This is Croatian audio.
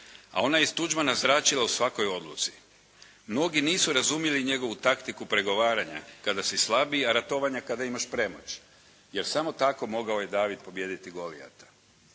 a ona je iz Tuđmana zračila u svakoj odluci. Mnogi nisu razumjeli njegovu taktiku pregovaranja kada si slabiji, a ratovanja kada imaš premoć, jer samo tako mogao je David pobijediti Golijata.